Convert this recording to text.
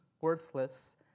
worthless